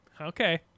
Okay